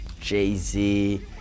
Jay-Z